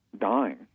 dying